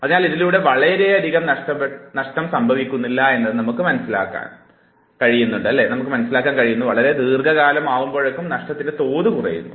അതിനാൽ ഇതിലൂടെ വളരെയധികം നഷ്ടം സംഭവിക്കുന്നില്ല എന്നതാണ് നമുക്ക് മനസ്സിലാക്കാൻ പറ്റുന്നു